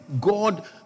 God